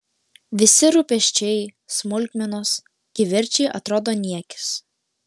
visi rūpesčiai smulkmenos kivirčai atrodo niekis